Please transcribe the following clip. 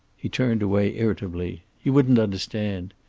he turned away irritably. you wouldn't understand.